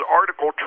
article